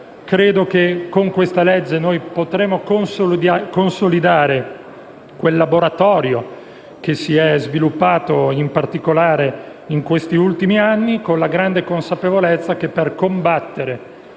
Credo che con questa legge potremo consolidare quel laboratorio che si è sviluppato, in particolare, in questi ultimi anni, con la grande consapevolezza che, per combattere